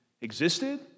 existed